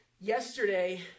yesterday